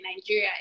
Nigeria